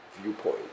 viewpoint